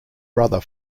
brother